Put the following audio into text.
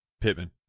Pittman